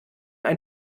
ein